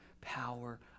power